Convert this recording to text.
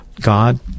God